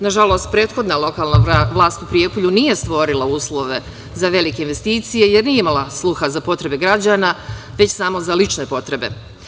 Nažalost, prethodna lokalna vlast u Prijepolju nije stvorila uslove za velike investicije jer nije imala sluha za potrebe građana, već samo za lične potrebe.